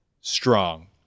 strong